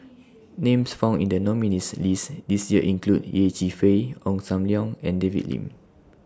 Names found in The nominees' list This Year include Yeh Chi Fei Ong SAM Leong and David Lim